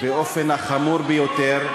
אני רואה בזה, באופן החמור ביותר.